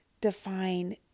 define